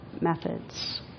methods